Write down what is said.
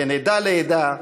בין עדה לעדה,